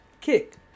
kick